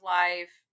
life